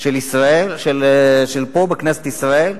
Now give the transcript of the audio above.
של ישראל, פה, בכנסת ישראל?